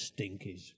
Stinkies